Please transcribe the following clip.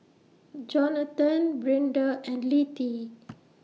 Johnathon Brinda and Littie